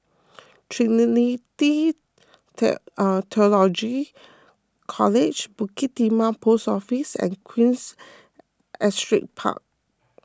Trinity theological College Bukit Timah Post Office and Queens Astrid Park